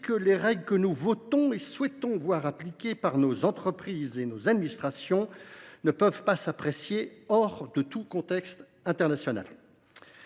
que les règles que nous votons et souhaitons voir appliquer par nos entreprises et nos administrations ne sauraient s’apprécier hors de tout contexte international.